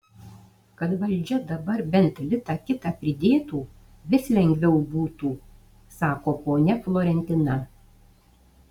kad valdžia dabar bent litą kitą pridėtų vis lengviau būtų sako ponia florentina